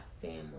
family